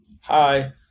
Hi